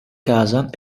casa